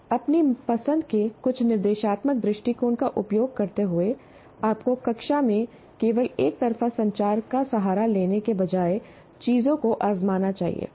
अपनी पसंद के कुछ निर्देशात्मक दृष्टिकोण का उपयोग करते हुए आपको कक्षा में केवल एकतरफा संचार का सहारा लेने के बजाय चीजों को आजमाना चाहिए